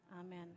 Amen